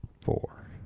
Four